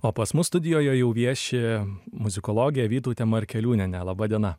o pas mus studijoje jau vieši muzikologė vytautė markeliūnienė laba diena